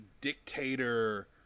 dictator